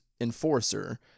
enforcer